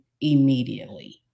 immediately